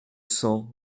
cents